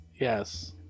Yes